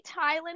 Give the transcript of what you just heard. Thailand